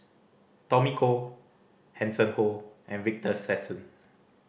Tommy Koh Hanson Ho and Victor Sassoon